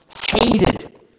hated